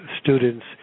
students